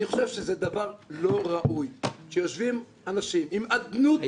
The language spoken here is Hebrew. אני חושב שזה דבר לא ראוי שיושבים אנשים עם אדנות ופטרונות.